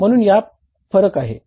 म्हणून यात फरक आहे